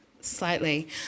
slightly